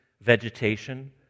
vegetation